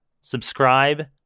subscribe